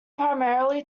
primarily